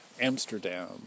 Amsterdam